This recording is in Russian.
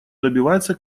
добивается